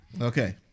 Okay